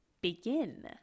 begin